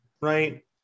right